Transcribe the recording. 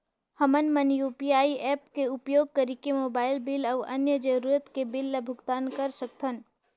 हमन मन UPI apps के उपयोग करिके मोबाइल बिल अऊ अन्य जरूरत के बिल ल भुगतान कर सकथन